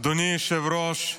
אדוני היושב-ראש,